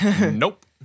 nope